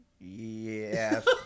Yes